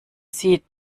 sie